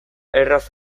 erraz